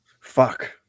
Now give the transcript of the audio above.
fuck